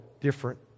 different